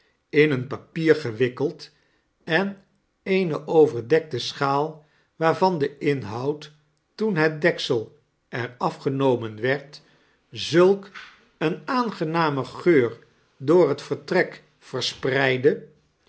in een papier gewikkeld en eene overdekte schaal waarvan de inhoud toen het deksel er afgenomen werd zulk een aangenamen geur door het vertrek verspreidde